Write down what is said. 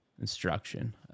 instruction